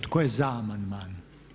Tko je za amandman?